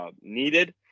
needed